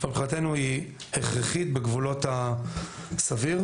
אבל מבחינתנו היא הכרחית בגבולות הסביר.